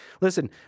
Listen